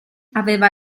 aveva